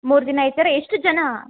ಮೂರು ದಿನ ಸರಿ ಎಷ್ಟು ಜನ